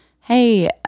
Hey